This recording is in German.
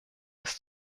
ist